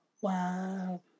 Wow